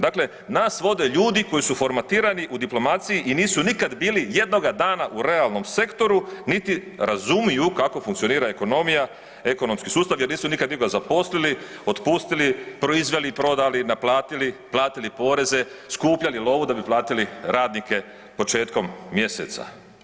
Dakle, nas vode ljudi koji su formatirani u diplomaciji i nisu nikada bili jednoga dana u realnom sektoru, niti razumiju kako funkcionira ekonomija, ekonomski sustav jer nisu nikada nikoga zaposlili, otpustili, proizveli, prodali, naplatili, platili poreze, skupljali lovu da bi platili radnike početkom mjeseca.